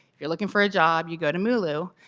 if you're looking for a job you go to mulu.